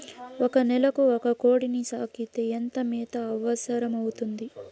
ఒక నెలకు ఒక కోడిని సాకేకి ఎంత మేత అవసరమవుతుంది?